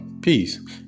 Peace